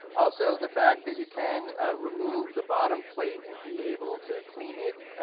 also the fact that you can remove the bottom plate, and be able to clean it